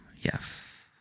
Yes